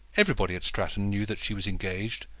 everybody at stratton knew that she was engaged,